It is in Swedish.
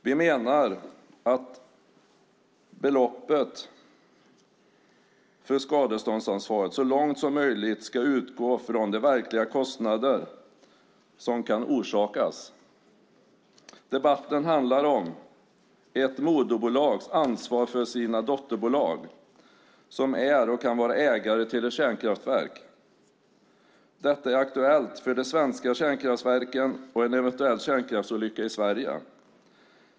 Vi menar att beloppet för skadeståndsansvaret så långt som möjligt ska utgå från de verkliga kostnader som kan orsakas. Debatten handlar också om ett moderbolags ansvar för sina dotterbolag som är och kan vara ägare till ett kärnkraftverk. Detta är aktuellt för de svenska kärnkraftverken och en eventuell kärnkraftsolycka i Sverige.